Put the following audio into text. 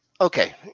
Okay